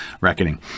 reckoning